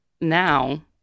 now